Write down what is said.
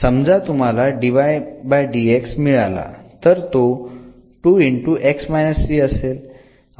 समजा तुम्हाला मिळाला तर तो असेल